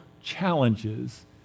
challenges